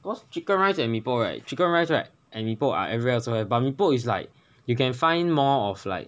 cause chicken rice and mee pok right chicken rice right and mee pok I everywhere also have but mee pok is like you can find more of like